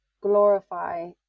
glorify